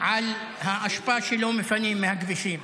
על האשפה שלא מפנים מהכבישים.